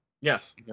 Yes